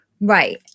Right